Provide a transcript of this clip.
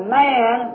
man